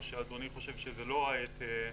או שאדוני חושב שזו לא העת,